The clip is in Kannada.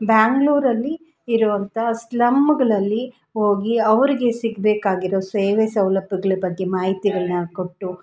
ಬೆಂಗ್ಳೂರಲ್ಲಿ ಇರೋಂಥ ಸ್ಲಮ್ಮುಗಳಲ್ಲಿ ಹೋಗಿ ಅವ್ರಿಗೆ ಸಿಗ್ಬೇಕಾಗಿರೋ ಸೇವೆ ಸವಲತ್ತುಗಳ ಬಗ್ಗೆ ಮಾಹಿತಿಗಳನ್ನು ಕೊಟ್ಟು